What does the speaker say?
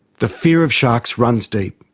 the fear of sharks runs deep.